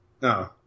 No